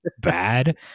bad